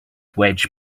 wedge